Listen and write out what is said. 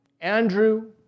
Andrew